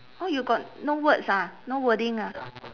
orh you got no words ah no wording ah